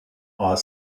are